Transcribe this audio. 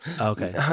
Okay